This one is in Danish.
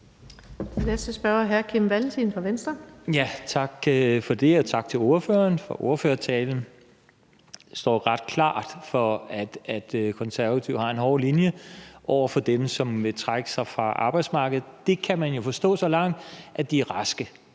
næste spørger er hr. Kim Valentin fra Venstre. Kl. 15:15 Kim Valentin (V): Tak for det, og tak til ordføreren for ordførertalen. Det står ret klart, at Konservative har en hård linje over for dem, som vil trække sig fra arbejdsmarkedet. Det kan man jo forstå, for så vidt de er raske